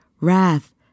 wrath